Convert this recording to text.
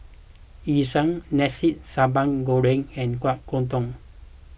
Yu Sheng Nasi Sambal Goreng and Kueh Kodok